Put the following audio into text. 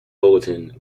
bulletin